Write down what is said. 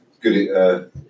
good